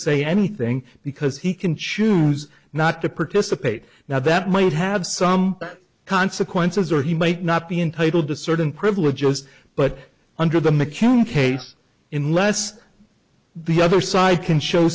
say anything because he can choose not to participate now that might have some consequences or he might not be entitled to certain privileges but under the mccann case in less the other side can show